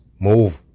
move